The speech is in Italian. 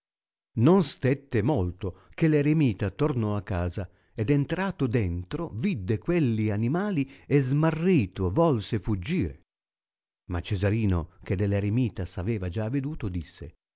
non stette molto che l'eremita tornò a casa ed entrato dentro vidde quelli animali e smarrito volse fuggire ma cesarino che de r eremita s aveva già aveduto disse